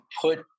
put